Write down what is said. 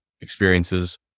experiences